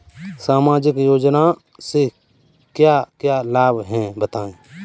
सामाजिक योजना से क्या क्या लाभ हैं बताएँ?